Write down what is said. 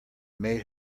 made